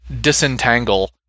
disentangle